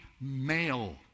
male